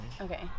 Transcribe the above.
Okay